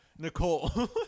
Nicole